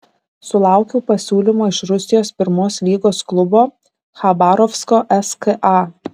sulaukiau pasiūlymo iš rusijos pirmos lygos klubo chabarovsko ska